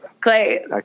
Clay